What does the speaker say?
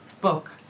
book